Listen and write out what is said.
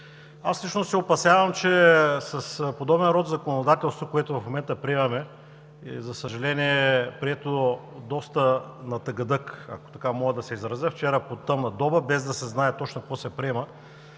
Аз лично се опасявам, че с подобен род законодателство, което в момента приемаме, за съжаление, прието доста на тъгъдък, ако така мога да се изразя, вчера по тъмна доба, без да се знае точно какво се приема,